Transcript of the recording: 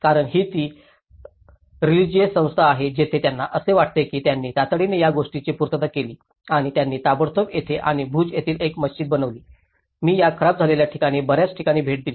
कारण ही ती रिलिजिऊस संस्था आहे जिथे त्यांना असे वाटते की त्यांनी तातडीने या गोष्टीची पूर्तता केली आणि त्यांनी ताबडतोब येथे आणि भुज येथे एक मशिद बनविली मी या खराब झालेल्या ठिकाणी बर्याच ठिकाणी भेट दिली